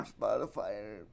Spotify